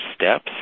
steps